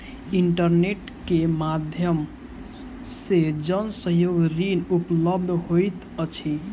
internet के माध्यम से जन सहयोग ऋण उपलब्ध होइत अछि